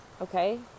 okay